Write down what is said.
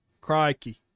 Crikey